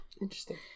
Interesting